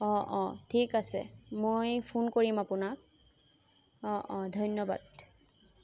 অঁ অঁ ঠিক আছে মই ফোন কৰিম আপোনাক অঁ অঁ ধন্যবাদ